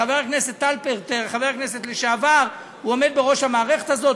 חבר הכנסת לשעבר הלפרט עומד בראש המערכת הזאת.